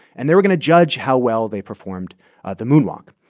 and they were going to judge how well they performed the moonwalk.